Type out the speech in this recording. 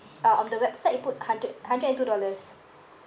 uh on the website it put hundred hundred and two dollars